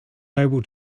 able